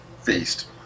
feast